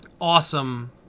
awesome